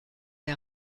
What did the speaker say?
der